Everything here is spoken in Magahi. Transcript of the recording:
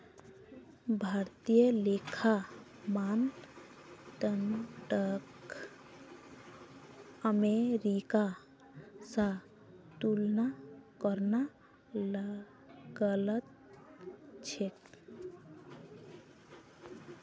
भारतीय लेखा मानदंडक अमेरिका स तुलना करना गलत छेक